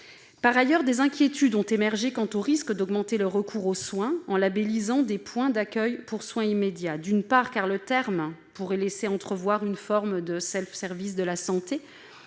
Par ailleurs, des inquiétudes ont émergé quant au risque d'augmenter le recours aux soins, en labellisant des points d'accueil pour soins immédiats. Ces termes pourraient laisser entrevoir une forme de self-service de la santé